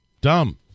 Dumb